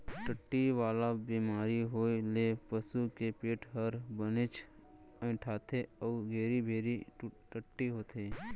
टट्टी वाला बेमारी होए ले पसू के पेट हर बनेच अइंठथे अउ घेरी बेरी टट्टी होथे